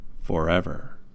forever